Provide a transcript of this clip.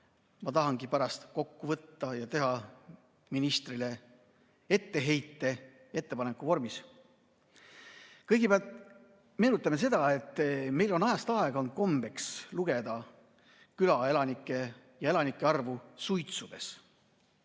ma tahangi pärast kokku võtta ja teha ministrile etteheite ettepaneku vormis. Kõigepealt meenutame seda, et meil on ajast aega olnud kombeks arvestada elanike arvu suitsude